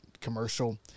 commercial